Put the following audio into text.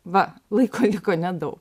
va laiko liko nedaug